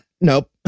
nope